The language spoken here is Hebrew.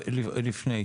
לפני,